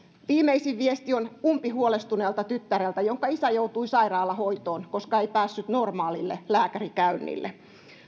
viimeisin viesti on umpihuolestuneelta tyttäreltä jonka isä joutui sairaalahoitoon koska ei päässyt normaalille lääkärikäynnille